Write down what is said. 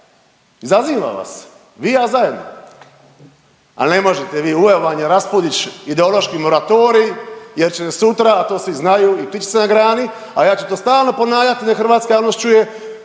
izazivam vas, vi i ja zajedno. Ali ne možete vi! Uveo vam je Raspudić ideološki moratorij, jer će sutra, a to svi znaju i ptičice na grani, a ja ću to stalno ponavljati da hrvatska javnost čuje,